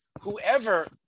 Whoever